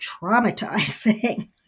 traumatizing